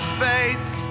fate